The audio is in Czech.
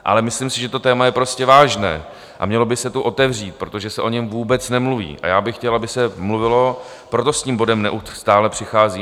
Ale myslím si, že to téma je prostě vážné a mělo by se tu otevřít, protože se o něm vůbec nemluví, a já bych chtěl, aby se mluvilo, proto s tím bodem neustále přicházím.